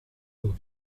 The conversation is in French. aux